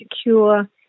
secure